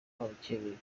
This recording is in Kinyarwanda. babukereye